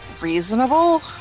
Reasonable